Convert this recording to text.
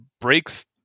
breaks